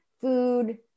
food